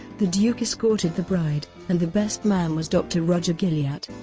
the duke escorted the bride, and the best man was dr roger gilliatt.